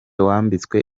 wambitse